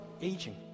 aging